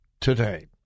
today